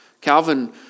Calvin